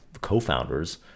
co-founders